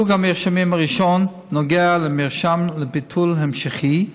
סוג המרשמים הראשון נוגע למרשם לטיפול המשכי,